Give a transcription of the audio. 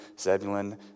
Zebulun